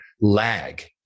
lag